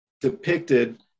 depicted